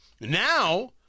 Now